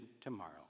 tomorrow